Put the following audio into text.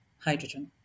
hydrogen